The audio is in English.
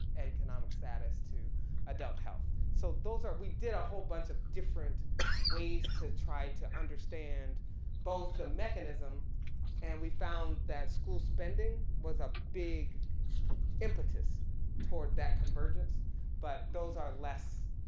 economic status to adult health. so those are, we did a whole bunch of different ways to try to understand both the mechanism and we found that school spending was a big impetus toward that convergence but those are less,